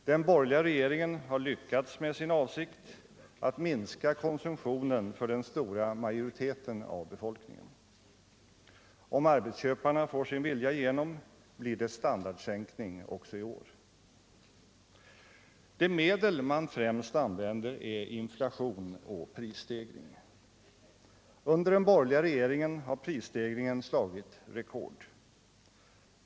Den borgerliga regeringen har lyckats i sin avsikt att minska konsumtionen för den stora majoriteten av befolkningen. Om arbetsköparna får sin vilja igenom blir det standardsänkning också i år. Det medel man främst använder är inflation och prisstegring. Under den borgerliga regeringen har prisstegringen slagit rekord.